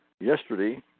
Yesterday